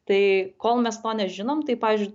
tai kol mes to nežinom tai pavyzdžiui